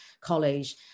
college